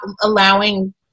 allowing